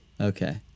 Okay